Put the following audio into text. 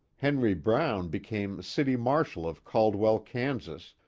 henry brown became city marshal of caldwell, kansas,